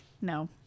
No